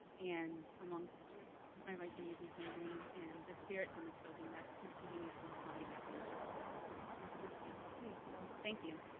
and amongst my rights and reason family, and the spirits in this building that continuously call me back into into this beautiful space. so thank you.